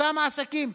אותם עסקים,